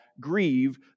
grieve